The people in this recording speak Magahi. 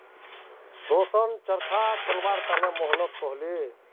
रोशन चरखा चलव्वार त न मोहनक कहले